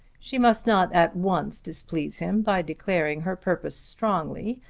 she must not at once displease him by declaring her purpose strongly,